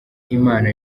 imana